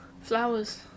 Flowers